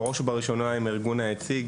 בראש ובראשונה עם הארגון היציג,